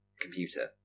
computer